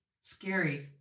scary